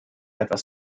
etwas